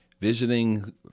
visiting